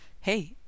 hey